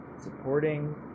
Supporting